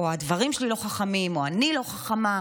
הדברים שלי לא חכמים או אני לא חכמה.